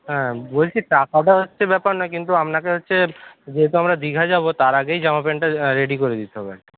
হ্যাঁ বলছি টাকাটা হচ্ছে ব্যাপার না কিন্তু আপনাকে হচ্ছে যেহেতু আমরা দীঘা যাব তার আগেই জামা প্যান্টটা রেডি করে দিতে হবে